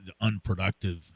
unproductive